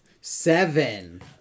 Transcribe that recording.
Seven